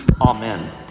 Amen